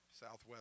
Southwest